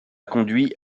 conduit